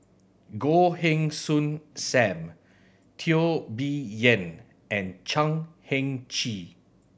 Goh Heng Soon Sam Teo Bee Yen and Chan Heng Chee